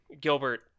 Gilbert